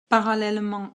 parallèlement